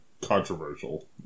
controversial